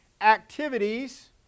activities